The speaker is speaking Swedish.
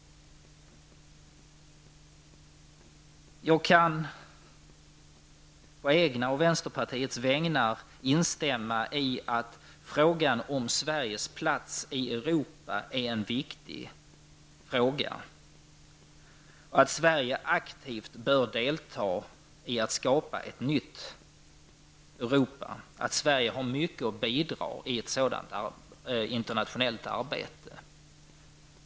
Jag kan å mina egna och vänsterpartiets vägnar instämma i att Sveriges plats i Europa är viktig och att Sverige aktivt bör delta i att skapa ett nytt Europa. Sverige har mycket att bidra med i ett sådant internationellt arbete.